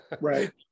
Right